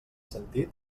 sentit